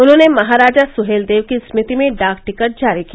उन्होंने महाराजा सुहेलदेव की स्मृति में डाक टिकट जारी किया